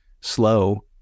slow